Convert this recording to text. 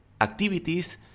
activities